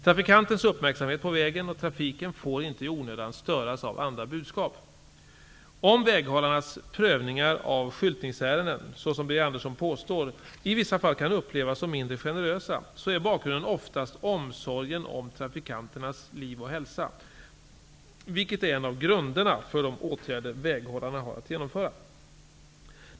Trafikantens uppmärksamhet på vägen och trafiken får inte i onödan störas av andra budskap. Om väghållarnas prövningar av skyltningsärenden, såsom Birger Andersson påstår, i vissa fall kan upplevas som mindre generösa så är bakgrunden oftast omsorgen om trafikanternas liv och hälsa, vilken är en av grunderna för de åtgärder väghållarna har att genomföra.